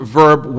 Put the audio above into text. verb